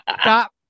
Stop